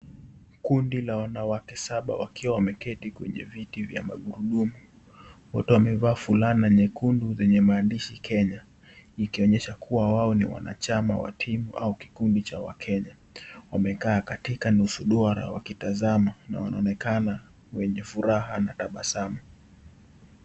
Kundi la wanawake saba wakiwa wameketi kwenye viti vya magurudumu. WOte wamevaa fulana nyekundu zenye maandishi Kenya ikionyesha kwamba wao ni wanachama wa timu au kikundi cha Kenya. Wamekaa katika nusu duara wakitazama na wanaonekana wenye furaha na tabasamu.